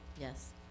yes